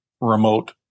remote